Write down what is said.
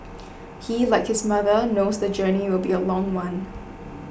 he like his mother knows the journey will be a long one